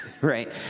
right